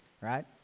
right